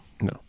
No